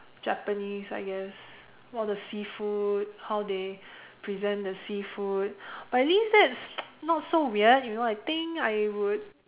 Japanese I guess all the seafood how they present the seafood but at least that's not so weird you know I think I would